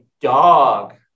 dog